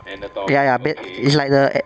ya ya bas~ it's like the eh